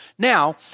Now